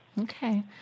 Okay